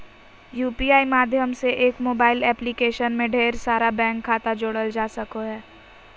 UPI माध्यम से एक मोबाइल एप्लीकेशन में ढेर सारा बैंक खाता जोड़ल जा हय